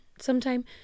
sometime